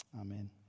Amen